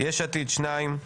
יש עתיד שניים,